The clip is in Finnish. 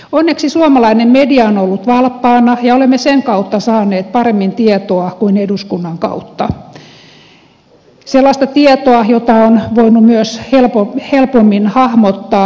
onneksi suomalainen media on ollut valppaana ja olemme sen kautta saaneet paremmin tietoa kuin eduskunnan kautta sellaista tietoa jota on voinut myös helpommin hahmottaa